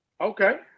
okay